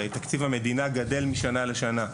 הרי תקציב המדינה גדל משנה לשנה,